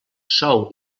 sou